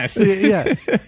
Yes